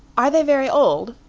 are they very old?